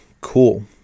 Cool